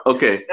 Okay